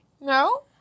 no